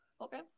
Okay